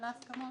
על ההסכמות?